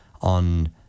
on